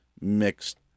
mixed